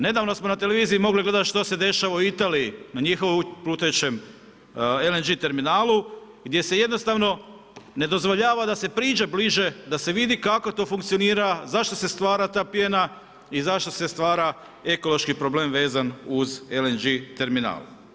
Nedavno smo na televiziji mogli gledati što se dešava u Italiji, na njihovom plutajućem LNG terminalu, gdje se jednostavno ne dozvoljava da se priđe bliže, da se vidi kako to funkcionira, zašto se stvara ta pjena i zašto se stvara ekološki problem vezan uz LNG terminal.